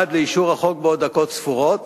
עד לאישור החוק בעוד דקות ספורות,